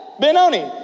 Benoni